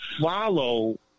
follow